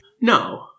No